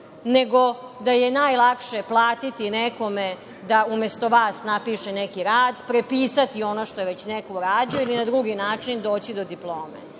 nego da je najlakše platiti nekome da umesto vas napiše neki rad, prepisati ono što je već neko uradio ili na drugi način doći do diplome.